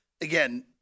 again